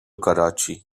karachi